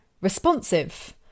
responsive